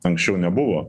anksčiau nebuvo